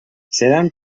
seran